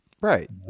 Right